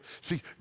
See